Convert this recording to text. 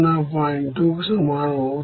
2కు సమానం అవుతుంది